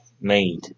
made